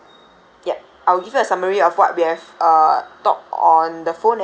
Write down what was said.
ya I'll give you a summary of what we have uh talk on the phone as well